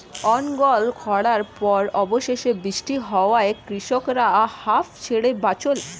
অনর্গল খড়ার পর অবশেষে বৃষ্টি হওয়ায় কৃষকরা হাঁফ ছেড়ে বাঁচল